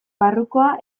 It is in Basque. barrukoa